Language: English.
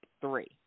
three